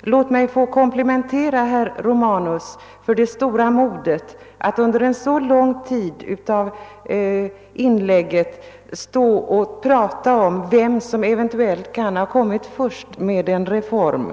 Låt mig först komplimentera herr Romanus för modet att under så stor del av inlägget tala om vem som eventuellt kan ha kommit först med tanken på denna reform.